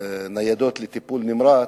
בניידות לטיפול נמרץ,